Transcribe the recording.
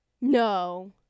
no